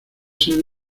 sede